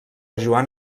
joan